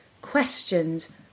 questions